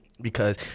because-